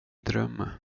dröm